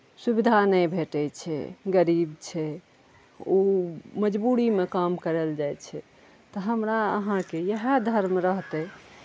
सुविधा नहि भेटै छै गरीब छै ओ मजबूरीमे काम करैलए जाइ छै तऽ हमरा अहाँके इएह धर्म रहतै